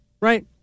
right